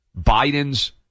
Biden's